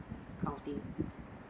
counting